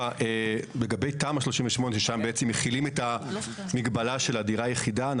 לגבי תמ"א 38 ששם מחילים את המגבלה של דירה יחידה,